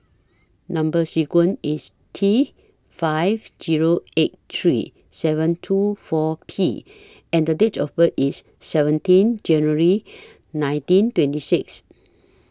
Number sequence IS T five Zero eight three seven two four P and The Date of birth IS seventeen January nineteen twenty six